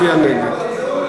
את אחוז החסימה,